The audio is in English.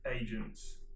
agents